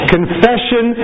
Confession